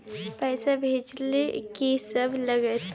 पैसा भेजै ल की सब लगतै?